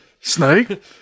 Snake